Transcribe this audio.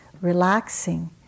relaxing